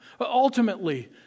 Ultimately